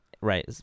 right